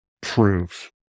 proof